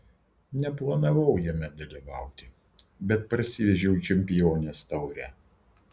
neplanavau jame dalyvauti bet parsivežiau čempionės taurę